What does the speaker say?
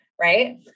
Right